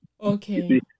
Okay